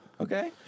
Okay